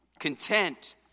Content